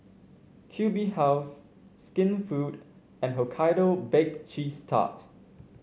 Q B House Skinfood and Hokkaido Baked Cheese Tart